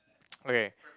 okay